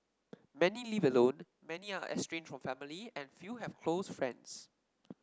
many live alone many are estranged from family and few have close friends